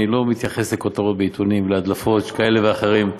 אני לא מתייחס לכותרות בעיתונים ולהדלפות כאלה ואחרות.